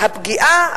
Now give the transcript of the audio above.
הפגיעה,